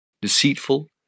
deceitful